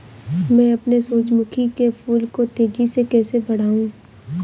मैं अपने सूरजमुखी के फूल को तेजी से कैसे बढाऊं?